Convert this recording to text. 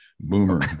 boomer